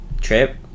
trip